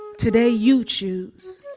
today you choose.